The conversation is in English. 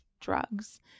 drugs